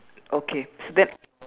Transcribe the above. okay then